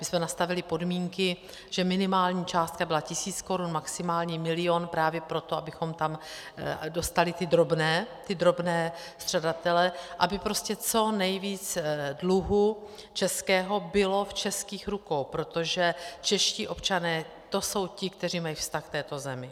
My jsme nastavili podmínky, že minimální částka byla tisíc korun, maximální milion, právě proto, abychom tam dostali ty drobné střadatele, aby prostě co nejvíc dluhu českého bylo v českých rukou, protože čeští občané, to jsou ti, kteří mají vztah k této zemi.